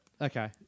Okay